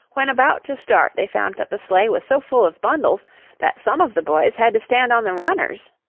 when about to start they found that the sleigh was so full of bundles that some of the boys had to stand on the runners.